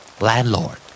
Landlord